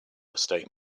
estate